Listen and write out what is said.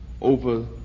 over